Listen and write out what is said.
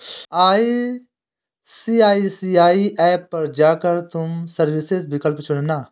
ICICI app पर जा कर तुम सर्विसेस विकल्प चुनना